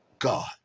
God